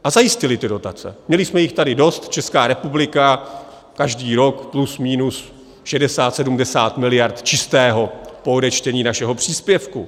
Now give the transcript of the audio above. A zajistili ty dotace, měli jsme jich tady dost, Česká republika každý rok plus minus 60, 70 miliard čistého po odečtení našeho příspěvku.